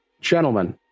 gentlemen